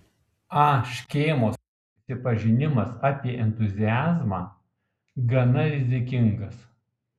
a škėmos prisipažinimas apie entuziazmą gana rizikingas